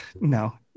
No